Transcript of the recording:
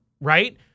right